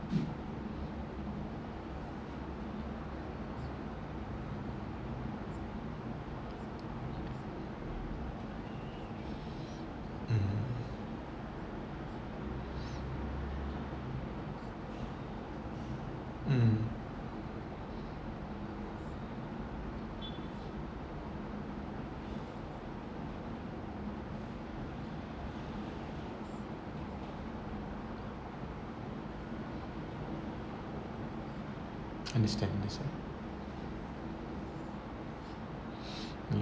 mm mm understand myself